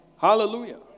Hallelujah